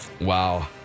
Wow